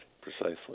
precisely